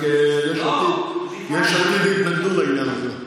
רק יש עתיד יתנגדו לעניין הזה.